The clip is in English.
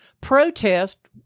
Protest